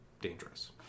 dangerous